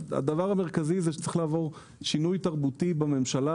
הדבר המרכזי זה שצריך לעבור שינוי תרבותי בממשלה,